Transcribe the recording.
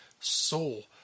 soul